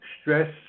stress